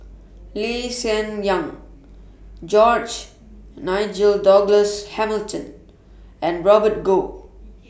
Lee Hsien Yang George Nigel Douglas Hamilton and Robert Goh